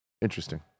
Interesting